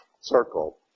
circle